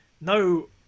No